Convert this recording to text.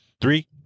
Three